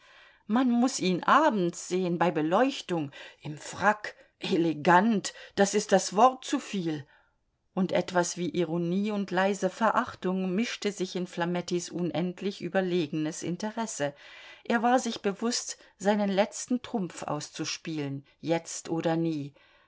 man muß ihn abends sehen bei beleuchtung im frack elegant das ist das wort zu viel und etwas wie ironie und leise verachtung mischte sich in flamettis unendlich überlegenes interesse er war sich bewußt seinen letzten trumpf auszuspielen jetzt oder nie